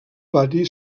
pati